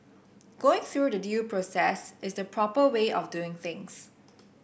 going through the due process is the proper way of doing things